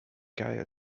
gaya